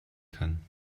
kann